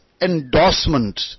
endorsement